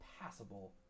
passable